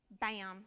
bam